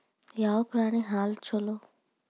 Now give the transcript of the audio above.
ಯಾವ ಪ್ರಾಣಿ ಹಾಲು ಛಲೋ?